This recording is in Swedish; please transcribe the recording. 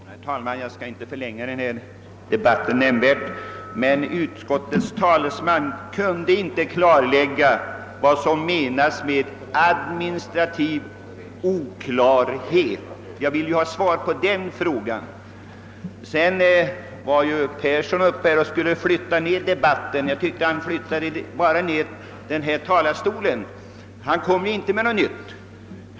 Herr talman! Jag skall inte förlänga debatten nämnvärt, men jag vill framhålla att utskottets talesman inte kunde klarlägga vad som menas med admini strativ oklarhet. Det är ett klarläggande på den punkten jag vill ha. Sedan försökte herr Persson i Skänninge i sitt inlägg flytta ned debatten. Jag tyckte att han bara lyckades sänka talarstolen. Han kom inte med något nytt.